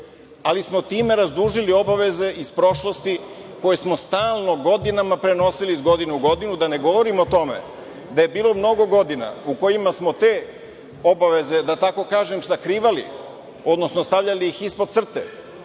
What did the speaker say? ali smo time razdužili obaveze iz prošlosti koje smo stalnog godinama prenosili iz godine u godinu, da ne govorim o tome da je bilo mnogo godina u kojima smo te obaveze, da tako kažem, sakrivali, odnosno stavljali ih ispod crte